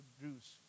produce